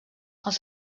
els